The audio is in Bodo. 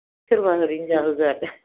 सोरबा ओरैनो जाहोगोन